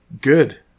good